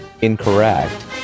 incorrect